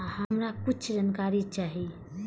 हमरा कीछ जानकारी चाही